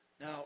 Now